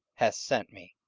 hath sent me,